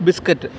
biscuit